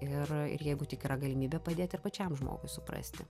ir ir jeigu tik yra galimybė padėt ir pačiam žmogui suprasti